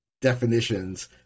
definitions